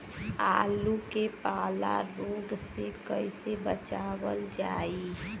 आलू के पाला रोग से कईसे बचावल जाई?